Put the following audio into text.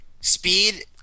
Speed